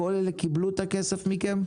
כל אלה קיבלו את הכסף מכם?